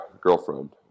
girlfriend